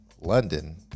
London